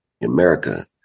America